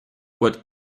what